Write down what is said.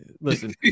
listen